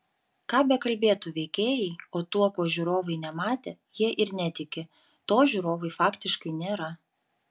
ką bekalbėtų veikėjai o tuo ko žiūrovai nematė jie ir netiki to žiūrovui faktiškai nėra